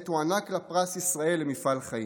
עת הוענק לה פרס ישראל למפעל חיים: